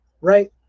Right